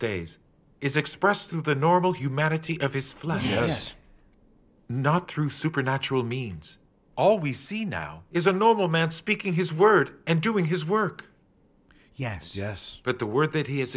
days is expressed through the normal humanity of his flesh yes not through supernatural means all we see now is a normal man speaking his word and doing his work yes yes but the word that he has